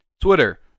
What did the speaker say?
twitter